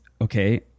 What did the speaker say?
okay